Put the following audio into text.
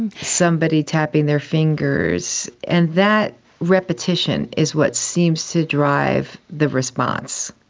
and somebody tapping their fingers. and that repetition is what seems to drive the response.